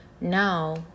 now